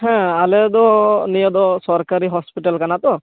ᱦᱮᱸ ᱟᱞᱮᱫᱚ ᱱᱤᱭᱟᱹᱫᱚ ᱥᱚᱨᱠᱟᱨᱤ ᱦᱚᱥᱯᱤᱴᱟᱞ ᱠᱟᱱᱟ ᱛᱚ